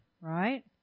right